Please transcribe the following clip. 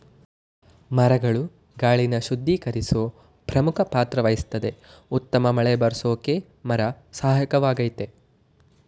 ಮರಗಳು ಗಾಳಿನ ಶುದ್ಧೀಕರ್ಸೋ ಪ್ರಮುಖ ಪಾತ್ರವಹಿಸ್ತದೆ ಉತ್ತಮ ಮಳೆಬರ್ರ್ಸೋಕೆ ಮರ ಸಹಾಯಕವಾಗಯ್ತೆ